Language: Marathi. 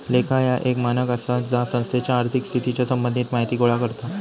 लेखा ह्या एक मानक आसा जा संस्थेच्या आर्थिक स्थितीच्या संबंधित माहिती गोळा करता